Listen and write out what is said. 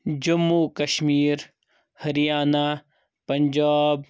Jammu Kashmir Haryana Punjab